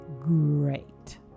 great